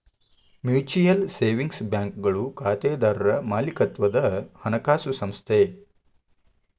mutual savings ಬ್ಯಾಂಕ್ಗಳು ಖಾತೆದಾರರ್ ಮಾಲೇಕತ್ವದ ಹಣಕಾಸು ಸಂಸ್ಥೆ